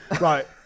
Right